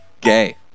Gay